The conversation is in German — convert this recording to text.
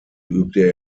übte